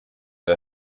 der